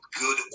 good